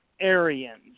Aryans